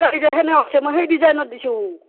মই সেই ডিজাইনত দিছোঁ